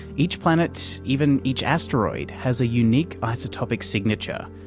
each planet, even each asteroid, has a unique isotopic signature,